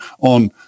on